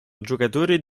giocatori